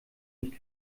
nicht